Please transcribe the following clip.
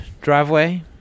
driveway